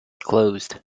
closed